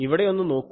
ഇവിടെ ഒന്നു നോക്കൂ